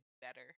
better